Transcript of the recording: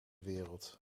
wereld